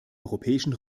europäischen